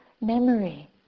memory